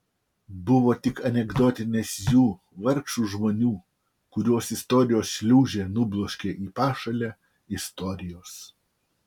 buvo tik anekdotinės jų vargšų žmonių kuriuos istorijos šliūžė nubloškė į pašalę istorijos